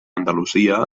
andalusia